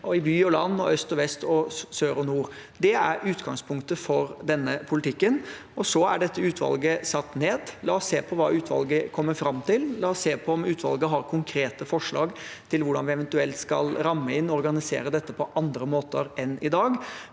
i by og land, øst og vest og sør og nord? Det er utgangspunktet for denne politikken. Dette utvalget er satt ned. La oss se på hva utvalget kommer fram til. La oss se på om utvalget har konkrete forslag til hvordan vi eventuelt skal ramme inn og organisere dette på andre måter enn i dag.